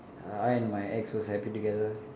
uh I and my ex was happy together